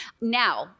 Now